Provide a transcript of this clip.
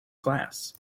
class